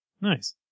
nice